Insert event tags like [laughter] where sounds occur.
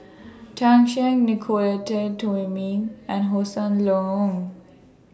[noise] Tan Shen Nicolette Teo Wei Min and Hossan Leong